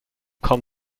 kaum